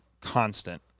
constant